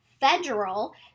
federal